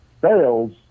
fails